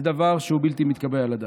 זה דבר שהוא בלתי מתקבל על הדעת.